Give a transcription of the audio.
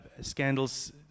scandals